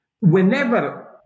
whenever